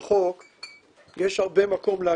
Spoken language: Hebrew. כפי שהרב מקלב ציין קודם את ההתקפה באנגליה הרבה מאוד